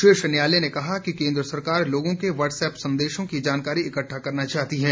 शीर्ष न्यायालय ने कहा कि केन्द्र सरकार लोगों के व्हाट्सअप संदेशों की जानकारी इक ड्वा करना चाहती है